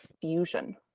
fusion